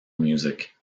music